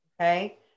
Okay